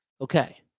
okay